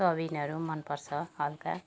सोयाबिनहरू मनपर्छ हल्का